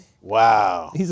Wow